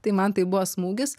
tai man tai buvo smūgis